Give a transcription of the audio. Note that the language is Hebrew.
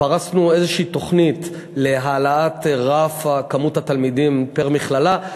פרסנו איזו תוכנית להעלאת רף מספר התלמידים פר-מכללה,